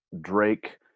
Drake